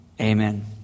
Amen